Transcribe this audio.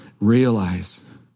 realize